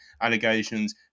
allegations